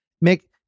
make